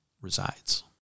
resides